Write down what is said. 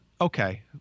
okay